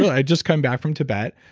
i just come back from tibet.